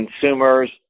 consumers